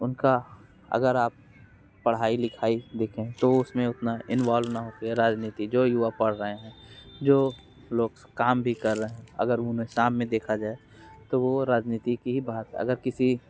उनका अगर आप पढ़ाई लिखाई देखे तो उसमें उतना इन्वाल्व न होके राजनीति जो युवा पढ़ें रहे है जो लोग काम भी कर रहे है अगर उन्हें शाम में देखा जाए तो वो राजनीति कि ही बात अगर किसी